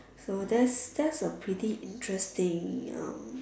so that's that's a pretty interesting um